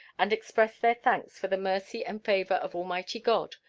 and express their thanks for the mercy and favor of almighty god,